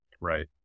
Right